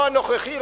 לא הנוכחי,